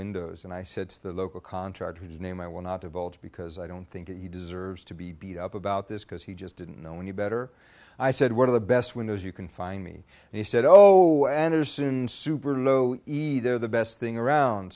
windows and i said to the local contractor whose name i will not divulge because i don't think he deserves to be beat up about this because he just didn't know any better i said one of the best windows you can find me and he said oh and as soon super know either the best thing around